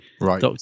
right